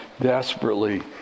desperately